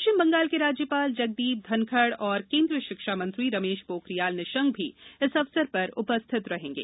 पश्चिम बंगाल के राज्यपाल जगदीप धनखड़ और केंद्रीय शिक्षा मंत्री रमेश पोखरियाल निशंक भी इस अवसर पर उपस्थित रहेंगे